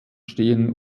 stehen